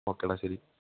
okay ഡാ ശരി